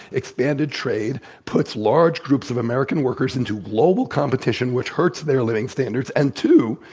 expanded trade puts large groups of american workers into global competition which hurts their living standards and two,